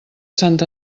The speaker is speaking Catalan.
sant